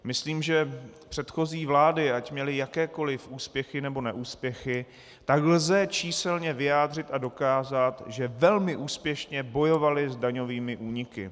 Myslím, že předchozí vlády, ať měly jakékoli úspěchy nebo neúspěchy, tak lze číselně vyjádřit a dokázat, že velmi úspěšně bojovaly s daňovými úniky.